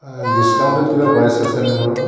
discounted কিবা price আছেনে বাৰু